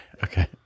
Okay